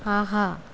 ஆஹா